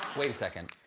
wait a second.